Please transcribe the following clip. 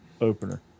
opener